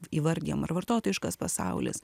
įvardijam ir vartotojiškas pasaulis